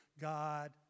God